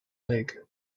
lake